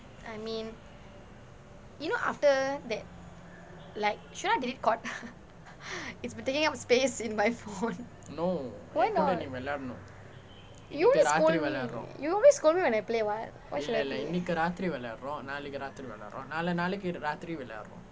I mean you know after that like should I delete court it's been taking up space in my phone why not you always scold me you always scold me when I play [what] why should I play